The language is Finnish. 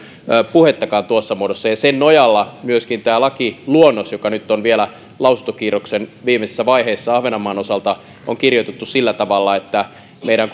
puhettakaan tuossa muodossa sen nojalla myöskin tämä lakiluonnos joka nyt on vielä lausuntokierroksen viimeisessä vaiheessa ahvenanmaan osalta on kirjoitettu sillä tavalla että meidän